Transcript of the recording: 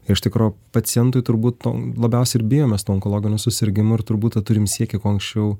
iš tikro pacientui turbūt to labiausiai ir bijom mes tų onkologinių susirgimų ir turbūt tą turim siekį kuo anksčiau